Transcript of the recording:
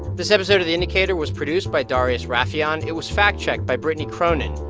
this episode of the indicator was produced by darius rafieyan. it was fact-checked by brittany cronin.